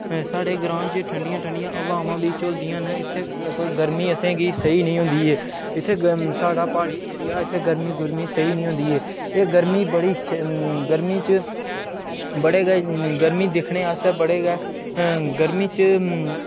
साढ़े ग्रां च ठंडिया ठंडिया ब्हामां बी झुलदियां न ते इत्थै कोई गर्मी असेंगी सेही नी होंदी ऐ इत्थै साढ़ा प्हाड़ी ऐरिया इत्थै गर्मी गुर्मी सेही नेई होंदी ऐ गर्मी बड़ी गर्मी च बड़ी गै गर्मी दिक्खने आस्तै बड़ी गै गर्मी च